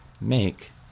make